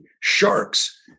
sharks